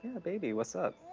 a baby. what's up?